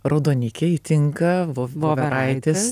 raudonikiai tinka voveraitės